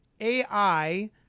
AI